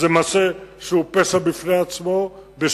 שזה מעשה שהוא פשע בפני עצמו.